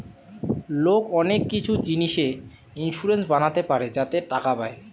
লোক অনেক কিছু জিনিসে ইন্সুরেন্স বানাতে পারে যাতে টাকা পায়